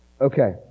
Okay